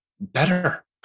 better